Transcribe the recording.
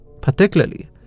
particularly